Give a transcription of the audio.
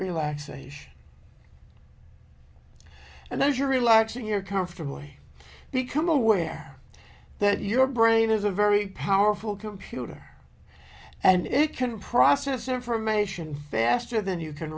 relaxation and then as you're relaxing your comfortable way become aware that your brain is a very powerful computer and it can process information faster than you can